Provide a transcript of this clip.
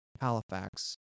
Halifax